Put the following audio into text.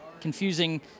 confusing